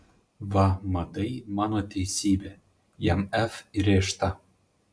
va matai mano teisybė jam f įrėžta